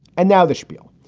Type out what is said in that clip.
and now the spiel.